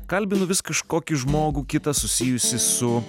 kalbinu vis kažkokį žmogų kitą susijusį su